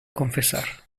confesar